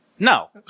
No